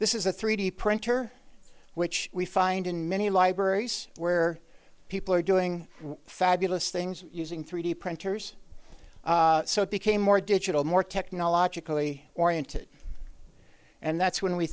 this is a three d printer which we find in many libraries where people are doing fabulous things using three d printers so it became more digital more technologically oriented and that's when we